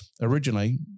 originally